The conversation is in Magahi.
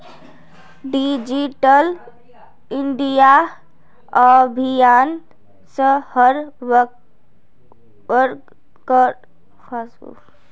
डिजिटल इंडिया अभियान स हर वर्गक फायदा पहुं च छेक